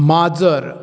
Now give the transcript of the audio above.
माजर